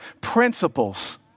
principles